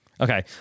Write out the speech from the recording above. Okay